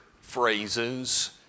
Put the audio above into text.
phrases